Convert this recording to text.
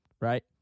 right